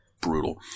brutal